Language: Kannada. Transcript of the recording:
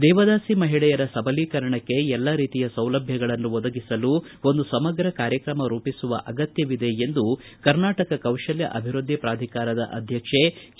ದೇವದಾಸಿ ಮಹಿಳೆಯರ ಸಬಲೀಕರಣಕ್ಕೆ ಎಲ್ಲ ರೀತಿಯ ಸೌಲಭ್ಯಗಳನ್ನು ಒದಗಿಸಲು ಒಂದು ಸಮಗ್ರ ಕಾರ್ಯತ್ರಮ ರೂಪಿಸುವ ಅಗತ್ಯವಿದೆ ಎಂದು ಕರ್ನಾಟಕ ಕೌಶಲ್ಯ ಅಭಿವೃದ್ಧಿ ಪೂಧಿಕಾರದ ಅಧ್ಯಕ್ಷೆ ಕೆ